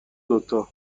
دوتا